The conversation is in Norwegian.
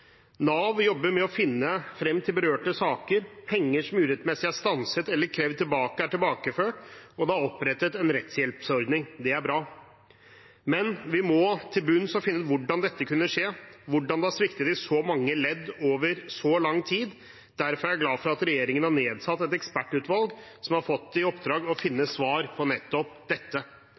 Nav jobber med å finne frem til berørte saker. Penger som urettmessig er stanset eller krevd tilbake, er tilbakeført, og det er opprettet en rettshjelpsordning. Det er bra, men vi må til bunns og finne ut hvordan dette kunne skje, hvordan det har sviktet i så mange ledd over så lang tid. Derfor er jeg glad for at regjeringen har nedsatt et ekspertutvalg som har fått i oppdrag å finne svar på nettopp dette,